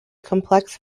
complex